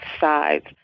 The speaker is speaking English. sides